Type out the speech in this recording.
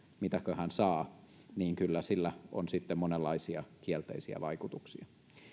mitäköhän saa niin kyllä sillä on sitten monenlaisia kielteisiä vaikutuksia